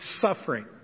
suffering